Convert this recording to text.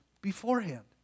beforehand